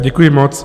Děkuji moc.